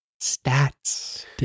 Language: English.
stats